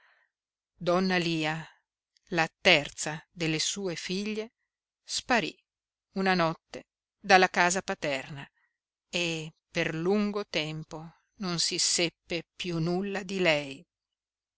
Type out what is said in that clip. donna lia la terza delle sue figlie sparí una notte dalla casa paterna e per lungo tempo non si seppe piú nulla di lei